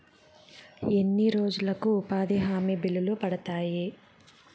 ఎన్ని రోజులకు ఉపాధి హామీ బిల్లులు పడతాయి?